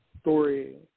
story